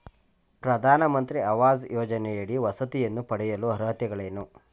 ಪ್ರಧಾನಮಂತ್ರಿ ಆವಾಸ್ ಯೋಜನೆಯಡಿ ವಸತಿಯನ್ನು ಪಡೆಯಲು ಅರ್ಹತೆಗಳೇನು?